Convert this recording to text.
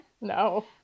no